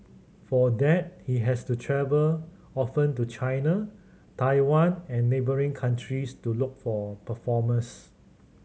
for that he has to travel often to China Taiwan and neighbouring countries to look for performers